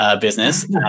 business